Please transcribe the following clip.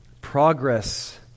progress